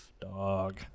dog